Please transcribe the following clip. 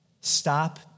stop